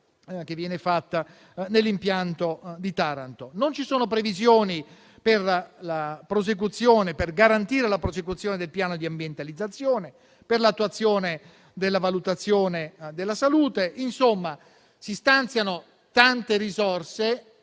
che viene realizzata nell'impianto di Taranto. Non ci sono previsioni per garantire la prosecuzione del piano di ambientalizzazione, per l'attuazione della valutazione della salute. Insomma, si stanziano tante risorse